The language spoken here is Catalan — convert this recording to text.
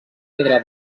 pedra